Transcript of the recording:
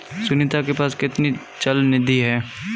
सुनीता के पास कितनी चल निधि है?